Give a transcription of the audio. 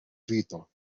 gritó